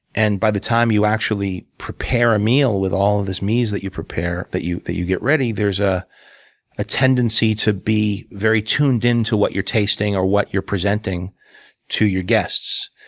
and by the time you actually prepare a meal with all of these mise that you prepare, that you that you get ready, there's ah a tendency to be very tuned in to what you're tasting, or what you're presenting to your guests.